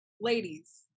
ladies